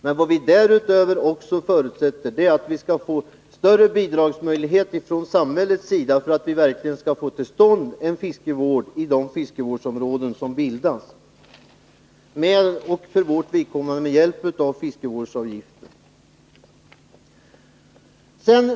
Men vi förutsätter därutöver att det blir större möjligheter att få bidrag från samhällets sida för att verkligen få till stånd en fiskevård i de fiskevårdsområden som bildas och att det sker med hjälp av fiskevårdsavgifter.